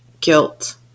guilt